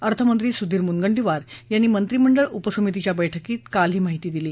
अर्थमंत्री सुधीर मुनगंटीवार यांनी मंत्रिमंडळ उपसमितीच्या बैठकीत काल ही माहिती दिली